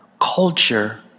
culture